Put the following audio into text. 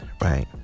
right